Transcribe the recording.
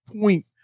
point